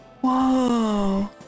Whoa